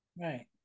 Right